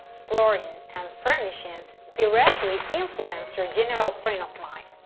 flooring, and furnishings directly influence your general frame of mind